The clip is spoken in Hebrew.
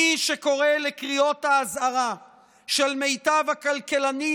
מי שקורא לקריאות האזהרה של מיטב הכלכלנים,